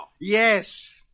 Yes